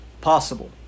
possible